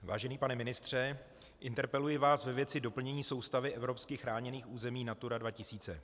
Vážený pane ministře, interpeluji vás ve věci doplnění soustavy evropských chráněných území Natura 2000.